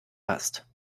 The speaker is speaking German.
passt